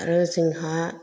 आरो जोंहा